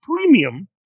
premium